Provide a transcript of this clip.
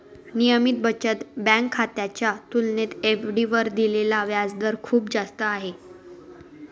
नियमित बचत बँक खात्याच्या तुलनेत एफ.डी वर दिलेला व्याजदर खूप जास्त आहे